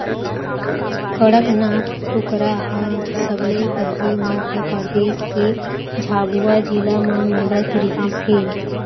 कड़कनाथ कुकरा ह सबले पहिली मध्य परदेस के झाबुआ जिला म मिलत रिहिस हे